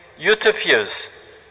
Utopias